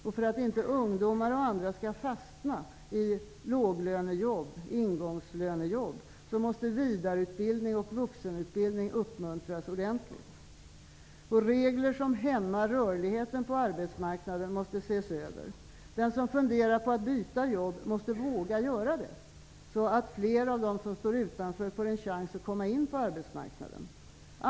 Och för att inte ungdomar och andra skall fastna i låglönejobb, ingångsjobb, måste vidareutbildning och vuxenutbildning uppmuntras ordentligt. Regler som hämmar rörligheten på arbetsmarknaden måste ses över. Den som funderar på att byta jobb måste våga göra det, så att fler av dem som står utanför får en chans att komma in på arbetsmarknaden.